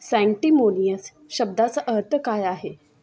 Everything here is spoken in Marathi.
सँटिमोनियस शब्दाचा अर्थ काय आहे